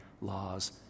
laws